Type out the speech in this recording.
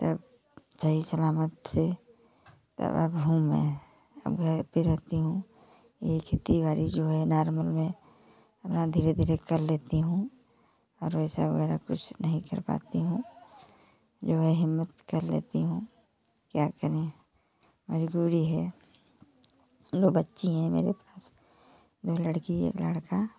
तब सही सलामत से तब अब हूँ मैं अब घरे पे रहती हूँ ये खेती बारी जो है नॉर्मल मैं अपना धीरे धीरे कर लेती हूँ और वैसा वगैरह कुछ नहीं कर पाती हूँ जो है हिम्मत कर लेती हूँ क्या करें मजबूरी है दो बच्ची हैं मेरे पास दो लड़की एक लड़का